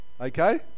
okay